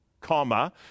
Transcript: comma